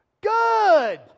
good